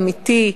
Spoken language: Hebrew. אמיתי,